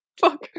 fuck